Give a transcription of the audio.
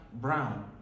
brown